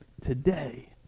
today